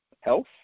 health